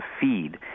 feed